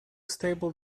stable